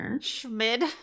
Schmid